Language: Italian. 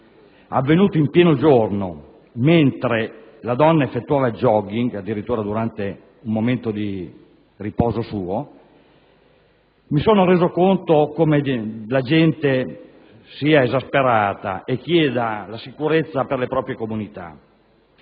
avvenuto in pieno giorno mentre la donna effettuava *jogging* e dunque in un suo momento di riposo, mi sono reso conto di come la gente sia esasperata e chieda la sicurezza per le proprie comunità.